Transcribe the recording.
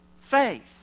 faith